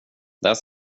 där